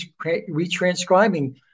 retranscribing